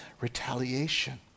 retaliation